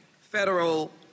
federal